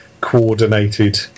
coordinated